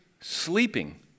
sleeping